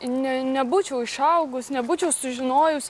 ne nebūčiau išaugus nebūčiau sužinojus